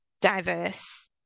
diverse